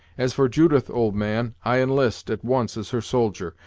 as for judith, old man, i enlist, at once, as her soldier,